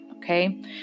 okay